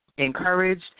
Encouraged